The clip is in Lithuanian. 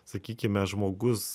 sakykime žmogus